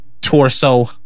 torso